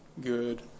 good